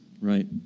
Right